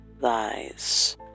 lies